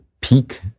peak